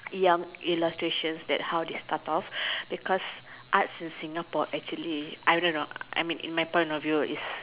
young illustrations that how they start off because arts in Singapore actually I don't know I mean in my point of view is